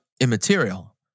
immaterial